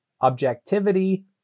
Objectivity